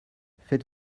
faites